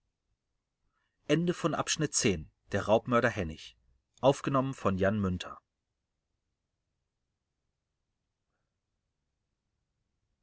der raubmörder hennig